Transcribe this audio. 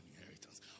inheritance